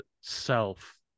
self